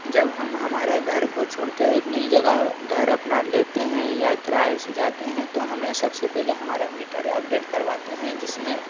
जब हम हमारा घर को छोड़ के एक नई जगह घर अपना लेते हैं या किराए से जाते हैं तो हमें सबसे पहले हमारा मीटर अपडेट करवाते हैं जिसमें